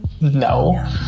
No